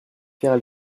faire